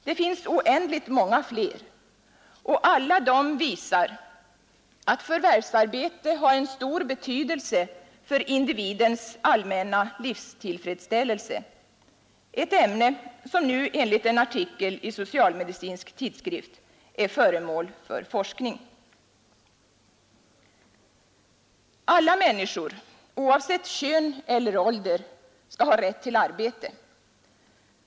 Det finns oändligt många fler, och alla dessa visar att förvärvsarbete har en stor betydelse för individens allmänna livstillfredsställelse — ett ämne som nu enligt en artikel i Socialmedicinsk Tidskrift är föremål för forskning. Alla människor oavsett kön eller ålder skall ha rätt till arbete.